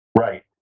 Right